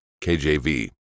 KJV